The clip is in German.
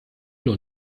noch